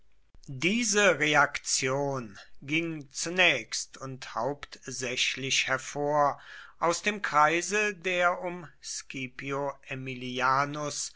diese reaktion ging zunächst und hauptsächlich hervor aus dem kreise der um scipio aemilianus